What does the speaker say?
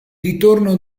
ritorno